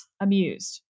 amused